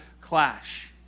clash